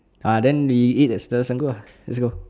ah then we eat at selalu singgah let's go